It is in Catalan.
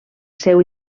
seu